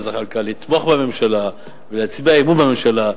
זחאלקה לתמוך בממשלה ולהצביע אמון בממשלה.